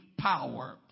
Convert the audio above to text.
power